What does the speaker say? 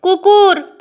কুকুর